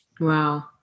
Wow